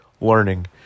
learning